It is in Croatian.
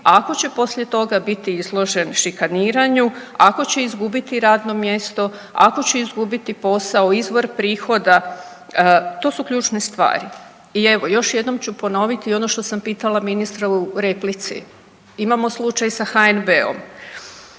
ako će poslije toga biti izložen šikaniranju, ako će izgubiti radno mjesto, ako će izgubiti posao, izvor prihoda? To su ključne stvari. I evo još jednom ću ponoviti ono što sam pitala ministra u replici. Imamo slučaj sa HNB-om,